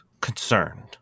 concerned